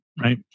right